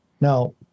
Now